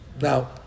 Now